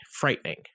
Frightening